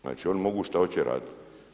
Znači oni mogu šta hoće raditi.